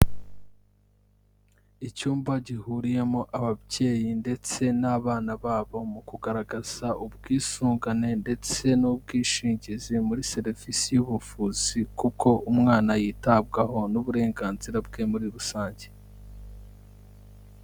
Icyumba gihuriyemo ababyeyi ndetse n'abana babo mu kugaragaza ubwisungane, ndetse n'ubwishingizi muri serivisi y'ubuvuzi, kuko umwana yitabwaho n'uburenganzira bwe muri rusange.